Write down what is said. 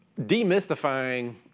demystifying